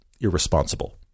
irresponsible